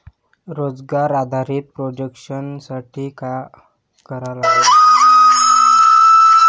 रोजगार आधारित EMI projection साठी का करा लागन?